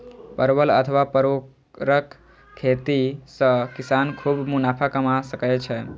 परवल अथवा परोरक खेती सं किसान खूब मुनाफा कमा सकै छै